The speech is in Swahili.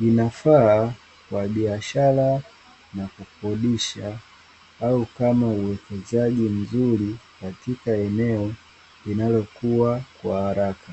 Inafaa kwa biashara na kukodisha au kama uwekezaji mzuri katika eneo linalokuwa kwa haraka.